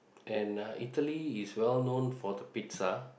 and uh Italy is well known for the pizza